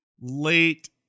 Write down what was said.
late